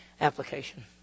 Application